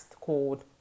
called